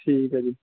ठीक ऐ जी